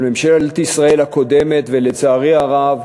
של ממשלת ישראל הקודמת, ולצערי הרב,